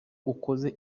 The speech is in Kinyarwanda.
ukoze